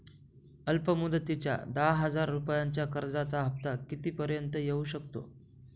अल्प मुदतीच्या दहा हजार रुपयांच्या कर्जाचा हफ्ता किती पर्यंत येवू शकतो?